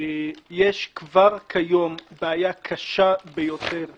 יש כבר כיום בעיה קשה ביותר של